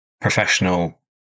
professional